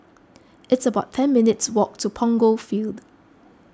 it's about ten minutes walk to Punggol Field